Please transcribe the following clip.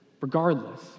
Regardless